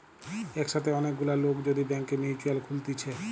একসাথে অনেক গুলা লোক যদি ব্যাংকে মিউচুয়াল খুলতিছে